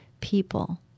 people